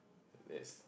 let's